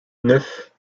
neuf